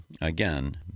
again